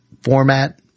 format